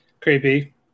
Creepy